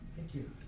thank you